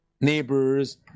neighbors